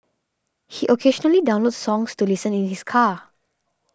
he occasionally downloads songs to listen in his car